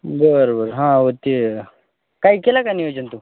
बरं बरं हो ते काय केलं नियोजन तु